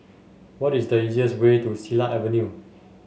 what is the easiest way to Silat Avenue